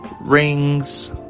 rings